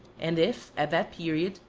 and if, at that period,